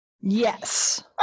Yes